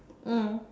mm